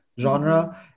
genre